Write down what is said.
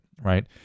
Right